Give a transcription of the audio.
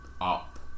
Up